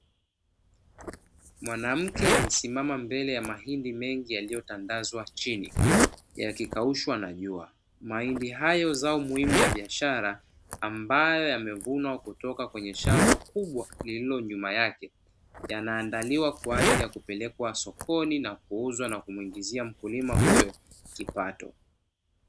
Mwanamke amesimama mbele ya mahindi mengi yaliyotandazwa chini, yakikaushwa na jua. Mahindi hayo zao muhimu la biashara, ambayo yamevunwa kutoka kwenye shamba kubwa lililo nyuma yake. Yanaandaliwa kwa ajili ya kupelekwa sokoni, na kuuzwa na kumuingizia mkulima huyo kipato.